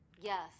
Yes